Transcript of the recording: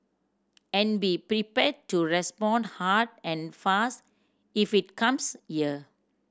and be prepared to respond hard and fast if it comes here